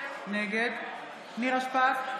נגד נירה שפק,